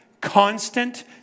constant